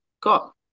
got